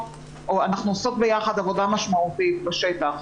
אנחנו עושות ביחד עבודה משמעותית בשטח.